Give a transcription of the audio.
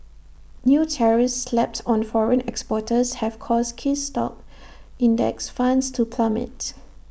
new tariffs slapped on foreign exporters have caused key stock index funds to plummet